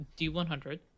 d100